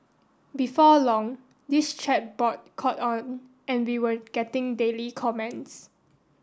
before long this chat board caught on and we were getting daily comments